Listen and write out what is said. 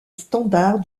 standard